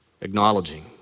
acknowledging